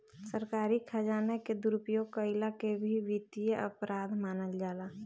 सरकारी खजाना के दुरुपयोग कईला के भी वित्तीय अपराध मानल जाला